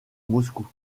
moscou